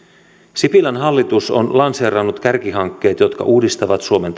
sipilän hallitus on lanseerannut kärkihankkeet jotka uudistavat suomen